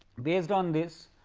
based on this